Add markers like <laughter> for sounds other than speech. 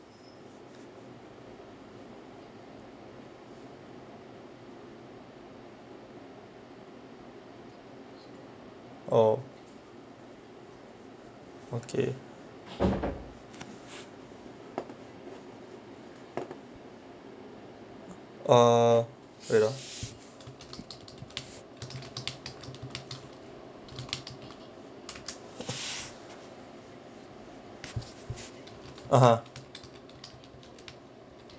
oh okay <noise> uh wait ah (uh huh)